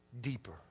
deeper